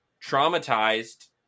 traumatized